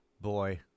Boy